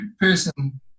person